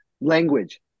language